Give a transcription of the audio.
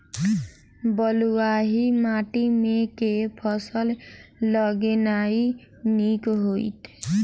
बलुआही माटि मे केँ फसल लगेनाइ नीक होइत?